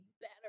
better